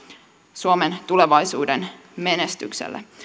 suomen tulevaisuuden menestykselle